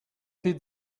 feed